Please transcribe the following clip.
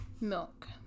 milk